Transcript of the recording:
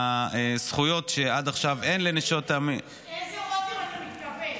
הזכויות שעד עכשיו אין לנשות --- לאיזו רותם אתה מתכוון?